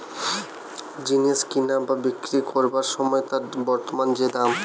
জিনিস কিনা বা বিক্রি কোরবার সময় তার বর্তমান যে দাম